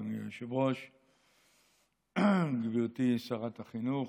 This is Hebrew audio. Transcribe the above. אדוני היושב-ראש, גברתי שרת החינוך,